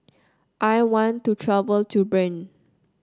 I want to travel to Bern